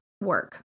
work